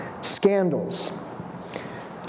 scandals